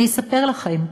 אני אספר לכם: